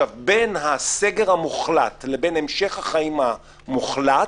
בין הסגר המוחלט לבין המשך החיים המוחלט,